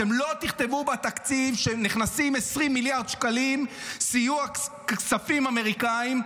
אתם לא תכתבו בתקציב שנכנסים 20 מיליארד שקלים סיוע כספים אמריקאים,